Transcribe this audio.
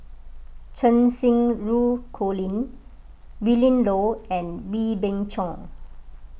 Cheng Xinru Colin Willin Low and Wee Beng Chong